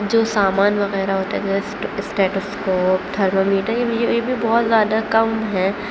جو سامان وغیرہ ہوتے ہیں اسٹیٹساسکوپ تھرما میٹر یہ بھی یہ بھی بہت زیادہ کم ہیں